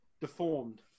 deformed